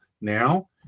Now